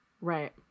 Right